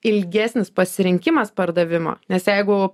ilgesnis pasirinkimas pardavimo nes jeigu